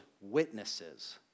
witnesses